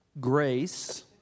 grace